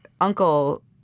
uncle